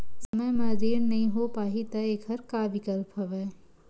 समय म ऋण नइ हो पाहि त एखर का विकल्प हवय?